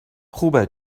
خوبه